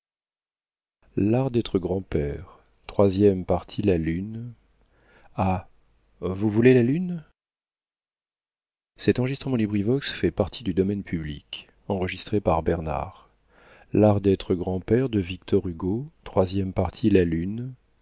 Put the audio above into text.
vous voulez la lune où dans